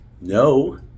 No